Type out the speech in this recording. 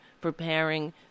preparing